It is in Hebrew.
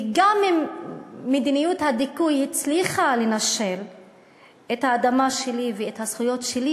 וגם אם מדיניות הדיכוי הצליחה לנשל מהאדמה שלי ומהזכויות שלי,